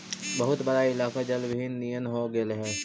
बहुत बड़ा इलाका जलविहीन नियन हो गेले हई